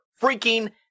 freaking